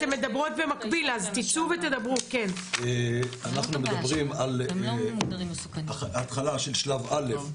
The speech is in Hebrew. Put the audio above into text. אנחנו מדברים על התחלה של שלב א'